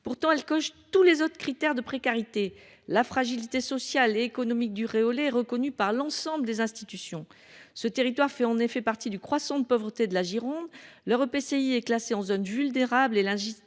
Pourtant, elle coche tous les autres critères de précarité ! La fragilité sociale et économique du Réolais est reconnue par l’ensemble des institutions. Ce territoire fait en effet partie du « croissant de pauvreté de la Gironde », l’établissement public de